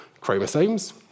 chromosomes